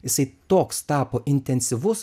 jisai toks tapo intensyvus